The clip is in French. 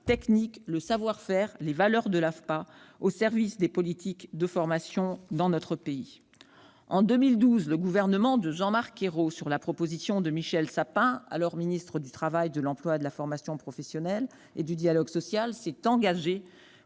technique, le savoir-faire et les valeurs de l'AFPA, et de les mettre au service des politiques de formation dans notre pays. En 2012, le gouvernement de Jean-Marc Ayrault, sur la proposition de Michel Sapin, alors ministre du travail, de l'emploi, de la formation professionnelle et du dialogue social, s'est engagé,